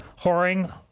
whoring